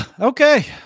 okay